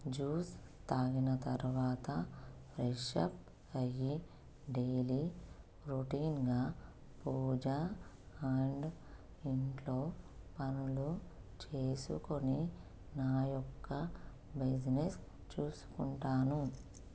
juice తాగిన తరువాత fresh up అయ్యి డైలీ రొటీన్గా పూజ అండ్ ఇంట్లో పనులు చేసుకొని నా యొక్క బిజినెస్ చూసుకుంటాను